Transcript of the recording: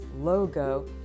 logo